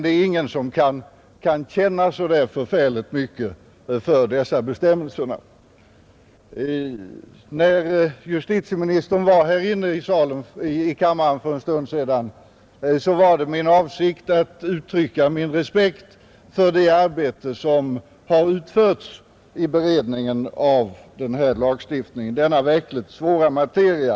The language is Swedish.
Det 6 maj 1971 är dock ingen som kan känna särskilt mycket för lagstiftning av det här ESR FOSS Er: > RN jag att nu uttrycka min respekt för det arbete som har utförts i beredningen av denna lagstiftning, av denna verkligt svåra materia.